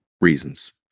reasons